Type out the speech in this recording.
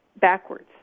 backwards